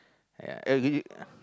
uh yeah you you